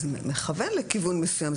זה מכוון לכיוון מסוים.